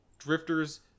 drifters